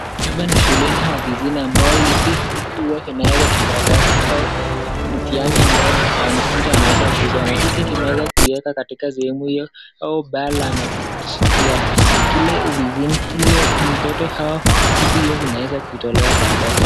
Hapa ni shuleni au ofisini amabyo, inaekwa vijikaratasi au mtihani ambayo wanafunzi wanaweza kusoma, hiki kimeweza kueka katika zehemu hio, au bao la makuu ya kule ofisini, ile mtoto hao (cs)cdf(cs), inaweza kutolewa baadae.